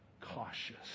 cautious